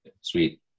sweet